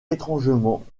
étrangement